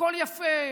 הכול יפה,